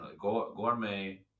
gourmet